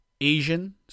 Asian